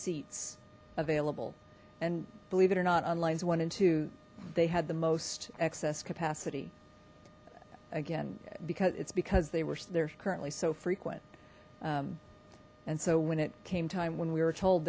seats available and believe it or not on lines one and two they had the most excess capacity again because it's because they were there currently so frequent and so when it came time when we were told